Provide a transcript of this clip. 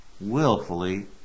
willfully